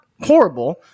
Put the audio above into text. horrible